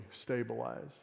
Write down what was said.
stabilized